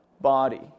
body